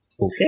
Okay